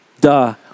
duh